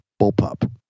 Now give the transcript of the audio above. bullpup